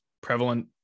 prevalent